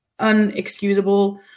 unexcusable